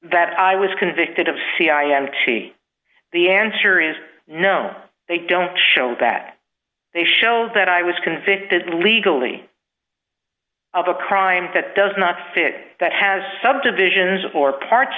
that i was convicted of c i and t the answer is no they don't show that they show that i was convicted legally of a crime that does not fit that has subdivisions for parts